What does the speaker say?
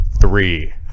Three